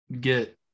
get